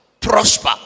prosper